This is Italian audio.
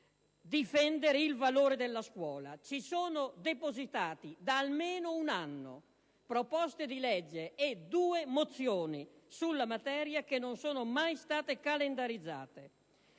dovere, il valore della scuola. Sono depositati da almeno un anno proposte di legge e due mozioni sulla materia che non sono mai state calendarizzate.